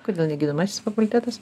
kodėl ne gydomasis fakultetas